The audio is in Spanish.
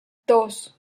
dos